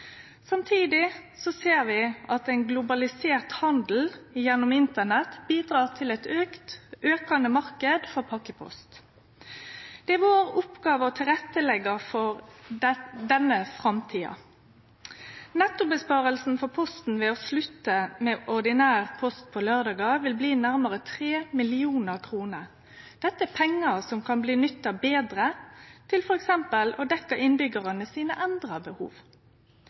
Samtidig ser vi at ein globalisert handel gjennom Internett bidrar til ein aukande marknad for pakkepost. Det er vår oppgåve å leggje til rette for denne framtida. Nettoinnsparinga for Posten ved å slutte med ordinær post på laurdagar vil bli nærmare 300 mill. kr. Dette er pengar som kan nyttast betre – f.eks. til å dekkje innbyggjarane sine endra behov.